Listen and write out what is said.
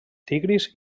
tigris